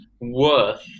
worth